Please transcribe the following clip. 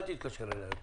אל תתקשר אליי יותר.